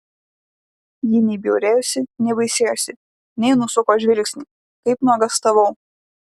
ji nei bjaurėjosi nei baisėjosi nei nusuko žvilgsnį kaip nuogąstavau